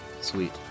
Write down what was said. Sweet